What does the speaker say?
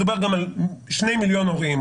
מדובר גם על שני מיליון הורים,